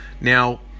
Now